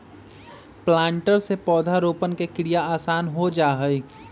planter से पौधरोपण के क्रिया आसान हो जा हई